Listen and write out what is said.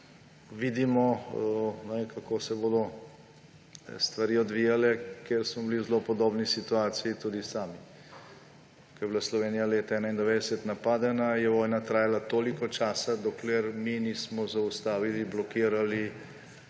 vidimo, kako se bodo stvari odvijale, ker smo bili v zelo podobni situaciji tudi sami. Ko je bila Slovenija leta 1991 napadena, je vojna trajala toliko časa, dokler mi nismo zaustavili, blokirali,